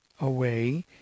away